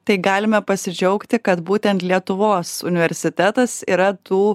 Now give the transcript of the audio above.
tai galime pasidžiaugti kad būtent lietuvos universitetas yra tų